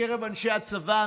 מקרב אנשי הצבא,